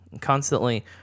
constantly